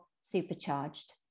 Supercharged